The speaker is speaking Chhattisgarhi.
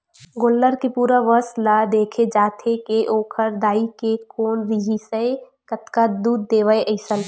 गोल्लर के पूरा वंस ल देखे जाथे के ओखर दाई ह कोन रिहिसए कतका दूद देवय अइसन